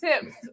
tips